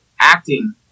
Acting